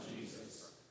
Jesus